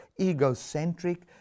egocentric